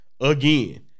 again